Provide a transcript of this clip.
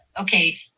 okay